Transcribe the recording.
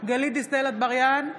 גלית דיסטל אטבריאן,